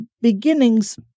beginnings